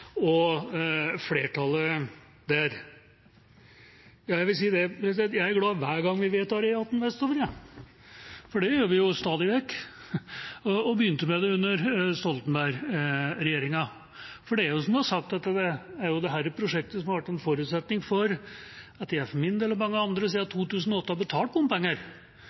flertallet der. Jeg vil si at jeg er glad hver gang vi vedtar E18 vestover, jeg, for det gjør vi jo stadig vekk, og vi begynte med det under Stoltenberg-regjeringa. Det er sånn som det er sagt, at det er jo dette prosjektet som har vært en forutsetning for at jeg for min del, og mange andre, siden 2008 har betalt bompenger